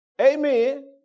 Amen